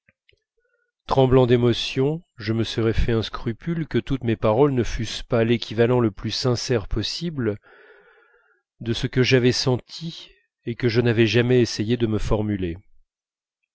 tremblant d'émotion je me serais fait un scrupule que toutes mes paroles ne fussent pas l'équivalent le plus sincère possible de ce que j'avais senti et que je n'avais jamais essayé de me formuler